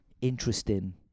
interesting